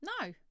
No